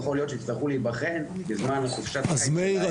יכול להיות שיצטרכו להיבחן בזמן חופשת --- מאיר,